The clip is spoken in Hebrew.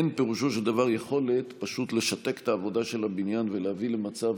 אין פירושו של דבר יכולת פשוט לשתק את העבודה של הבניין ולהביא למצב